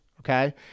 okay